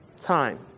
Time